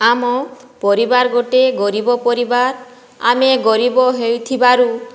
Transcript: ଆମ ପରିବାର ଗୋଟେ ଗରିବ ପରିବାର ଆମେ ଗରିବ ହେଇଥିବାରୁ